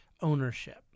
ownership